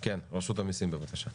כן, רשות המסים, בבקשה.